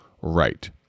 right